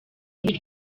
muri